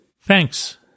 thanks